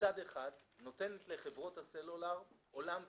מצד אחד נותנת לחברות הסלולר עולם ומלואו.